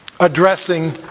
addressing